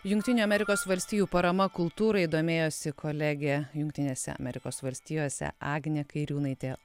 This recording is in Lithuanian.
jungtinių amerikos valstijų parama kultūrai domėjosi kolegė jungtinėse amerikos valstijose agnė kairiūnaitė